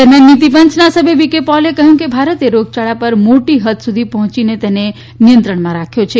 દરમિયાન નીતિ પંચના સભ્ય વી કે પૌલે કહ્યું કે ભારતે રોગયાળા પર મોટી હૃદ સુધી પહોયીને તેને નિયંત્રણમાં રાખ્યો છે